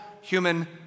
human